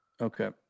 Okay